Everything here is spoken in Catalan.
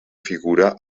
figura